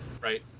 right